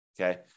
Okay